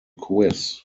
quiz